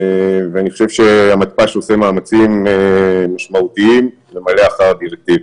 ואני חושב שהמתפ"ש עושה מאמצים משמעותיים למלא אחר הדירקטיבה.